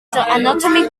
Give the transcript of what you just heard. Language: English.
anatomy